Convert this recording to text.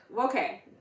okay